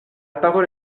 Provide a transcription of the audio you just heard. parole